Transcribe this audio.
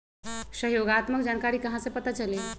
सहयोगात्मक जानकारी कहा से पता चली?